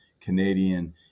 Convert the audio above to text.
Canadian